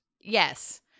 Yes